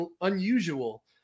unusual